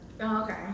Okay